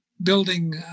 building